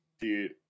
Dude